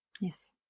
Yes